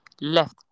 left